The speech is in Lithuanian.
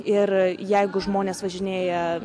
ir jeigu žmonės važinėja